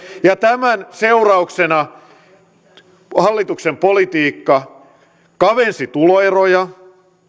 ja tämän seurauksena hallituksen politiikka kavensi tuloeroja